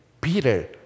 Peter